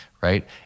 right